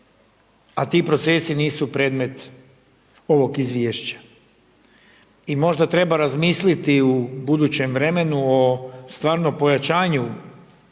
A ti procesi nisu predmet ovog izvješća i možda treba razmisliti u budućem vremenu o stvarnom pojačanju